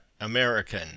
American